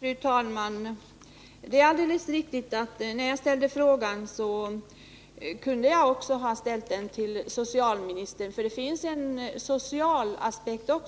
Fru talman! Jag kunde naturligtvis ha ställt min fråga till socialministern i stället, för det finns också en social aspekt på